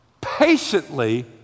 patiently